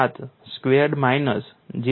7 squared minus 0